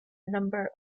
number